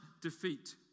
defeat